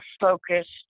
focused